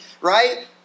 right